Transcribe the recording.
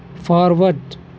forward